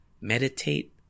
meditate